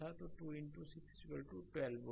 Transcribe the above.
तो 2 6 12 वोल्ट